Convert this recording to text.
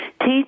teach